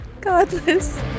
Godless